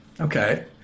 Okay